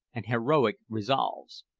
and heroic resolves.